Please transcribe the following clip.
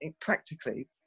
practically